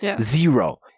Zero